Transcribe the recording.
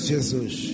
Jesus